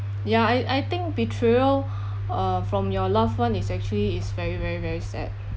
ya I I think betrayal uh from your loved one is actually is very very very sad